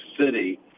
city